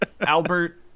Albert